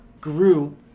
grew